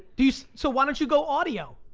dee, so so why don't you go audio?